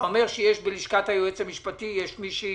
אתה אומר שיש בלשכת היועץ המשפטי מישהי